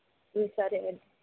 సరే అండి